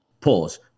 Pause